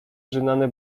rzynane